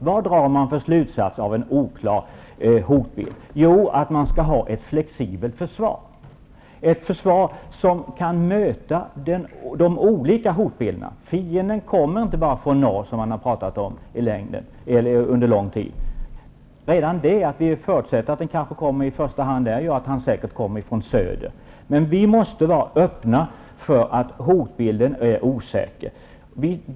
Vad drar man för slutsatser av en oklar hotbild? Jo, att man skall ha ett flexibelt försvar. Det skall vara ett försvar som kan möta de olika hotbilderna. Fienden kommer inte bara från norr, som det under lång tid har talats om. Redan det faktum att man förutsätter att fienden kommer norrifrån gör att han säkert kommer från söder. Vi måste vara öppna för att hotbilden är osäker.